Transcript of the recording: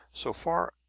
so far,